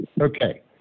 Okay